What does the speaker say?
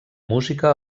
música